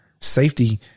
safety